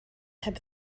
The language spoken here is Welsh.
heb